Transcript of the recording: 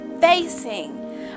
facing